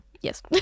Yes